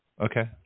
Okay